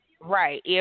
Right